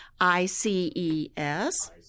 I-C-E-S